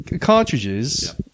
cartridges